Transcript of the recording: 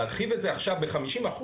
להרחיב את זה עכשיו ב-50%,